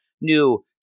new